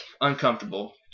uncomfortable